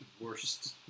worst